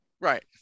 Right